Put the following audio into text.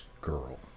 girl